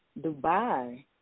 Dubai